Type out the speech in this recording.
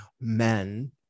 men